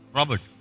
Robert